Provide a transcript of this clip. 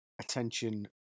attention